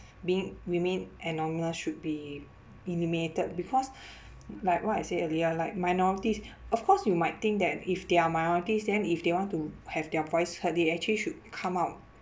being remain should be eliminated because like what I said earlier like minorities of course you might think that if they're minorities then if they want to have their voice heard they actually should come out